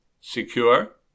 Secure